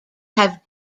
have